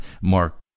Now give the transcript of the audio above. Mark